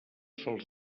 sols